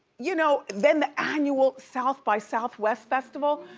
you know, then the annual south by southwest festival.